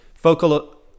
Focal